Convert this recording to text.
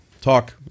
talk